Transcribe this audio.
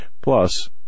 plus